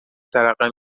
ترقه